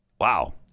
Wow